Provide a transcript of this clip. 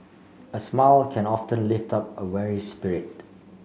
a smile can often lift up a weary spirit